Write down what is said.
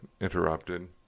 interrupted